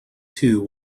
too